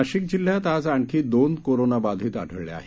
नाशिक जिल्ह्यांत आज आणखी दोन कोरोना बाधीत आढळले आहेत